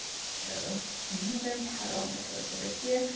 so another petal that goes over here.